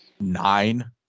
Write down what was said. nine